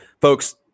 Folks